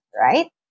right